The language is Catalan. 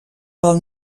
pel